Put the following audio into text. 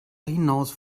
hinaus